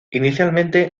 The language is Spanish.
inicialmente